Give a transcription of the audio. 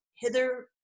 hither